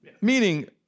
Meaning